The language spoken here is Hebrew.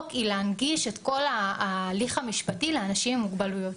היא להנגיש את כל ההליך המשפטי לאנשים עם מוגבלויות.